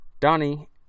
Donnie